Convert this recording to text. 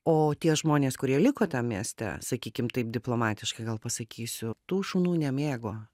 o tie žmonės kurie liko tam mieste sakykim taip diplomatiškai gal pasakysiu tų šunų nemėgo